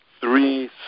three